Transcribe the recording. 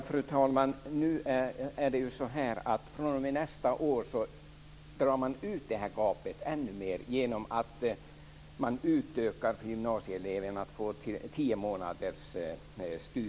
Fru talman! fr.o.m. nästa år drar man ut gapet ändå mer genom att man utökar gymnasieelevernas studiehjälp till tio månader.